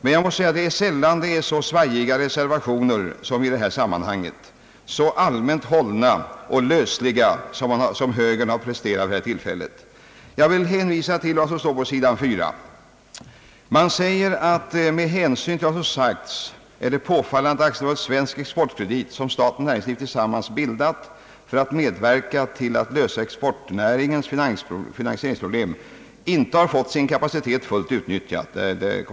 Man möter dock sällan en så svajig reservation som i detta fall, så allmänt hållen och så löslig som den högerrepresentanterna i utskottet har presterat vid detta tillfälle. Jag vill hänvisa till vad som står i reservationen på sidan 4 i utlåtandet: >»Med hänsyn till vad nu sagts är det påfallande att AB Svensk exportkredit, som staten och näringslivet tillsammans bildat för att medverka till att lösa exportnäringens finansieringsproblem, inte har fått sin kapacitet fullt utnyttjad.